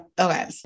okay